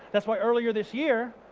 that's why earlier this year,